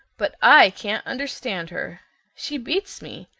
but i can't understand her she beats me.